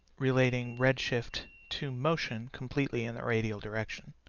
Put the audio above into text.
relating redshift to motion completely in the radial direction.